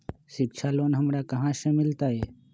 शिक्षा लोन हमरा कहाँ से मिलतै?